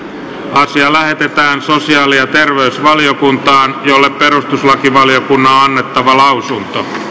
asia lähetetään sosiaali ja terveysvaliokuntaan jolle perustuslakivaliokunnan on annettava lausunto